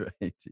right